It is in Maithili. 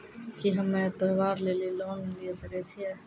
की हम्मय त्योहार लेली लोन लिये सकय छियै?